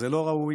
זה לא ראוי.